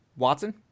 Watson